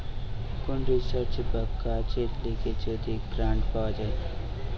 কোন রিসার্চ বা কাজের লিগে যদি গ্রান্ট পাওয়া যায়